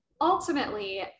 ultimately